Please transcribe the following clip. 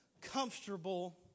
comfortable